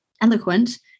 eloquent